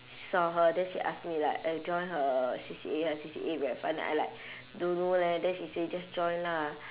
saw her then she ask me like eh join her C_C_A her C_C_A very fun then I like don't know leh then she say just join lah